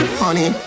honey